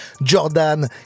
Jordan